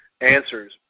answers